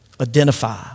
identify